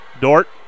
Dort